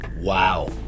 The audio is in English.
Wow